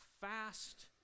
fast